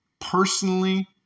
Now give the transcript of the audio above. Personally